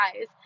eyes